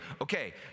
Okay